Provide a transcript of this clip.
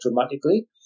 dramatically